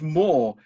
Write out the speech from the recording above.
more